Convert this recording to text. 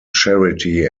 charity